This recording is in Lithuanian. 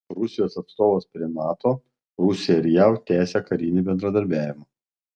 rusijos atstovas prie nato rusija ir jav tęsia karinį bendradarbiavimą